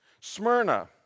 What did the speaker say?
Smyrna